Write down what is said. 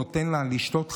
נותן לה לשתות חלב.